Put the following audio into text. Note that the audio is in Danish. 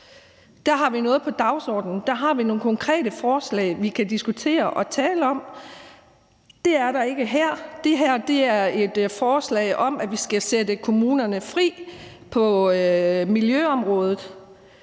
Der har vi noget på dagsordenen; der har vi nogle konkrete forslag, vi kan diskutere og tale om. Det er der ikke her. Det her er et forslag om, at vi skal sætte kommunerne fri på miljøområdet.